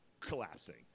Collapsing